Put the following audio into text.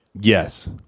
Yes